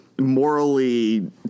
morally